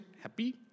happy